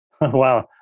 Wow